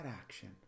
action